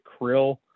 krill